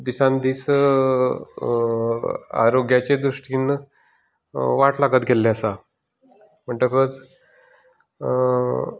दिसान दीस आरोग्याच्या दृश्टीन वाट लागत गेल्लें आसा म्हणटकच